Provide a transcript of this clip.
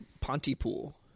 Pontypool